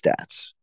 stats